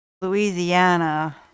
Louisiana